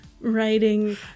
writing